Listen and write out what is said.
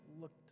looked